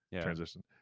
transition